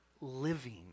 living